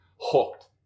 hooked